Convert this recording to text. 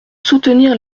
soutenir